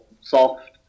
soft